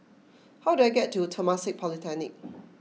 how do I get to Temasek Polytechnic